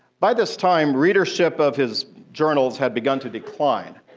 by this time, readership of his journals had begun to decline.